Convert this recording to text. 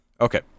Okay